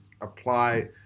apply